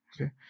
okay